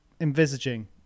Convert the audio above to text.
envisaging